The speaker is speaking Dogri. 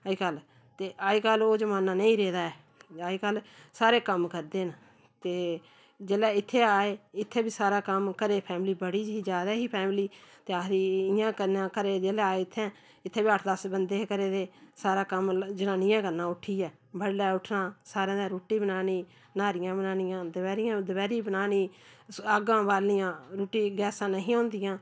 अज्जकल ते अज्जकल ओह् जमान्ना नेईं रेह्दा ऐ अज्जकल सारे कम्म करदे न ते जेल्लै इत्थें आए इत्थें बी सारा कम्म घरै दी फैमिली बड़ी ही ज्यादा ही फैमिली ते आखदी इ'यां कर घरै जेल्लै आए इत्थें इत्थै बी अट्ठ दस बंदे हे घरै दे सारा कम्म जनानियां करना उट्ठियै बडलै उट्ठना सारें दे रुट्टी बनानी न्हारियां बनानियां दपैह्री दपैह्री बनानी अग्गां बालनियां रुट्टी गैसां नेहियां होंदियां